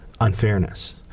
unfairness